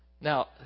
Now